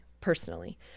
personally